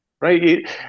Right